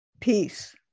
Peace